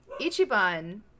Ichiban